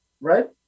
right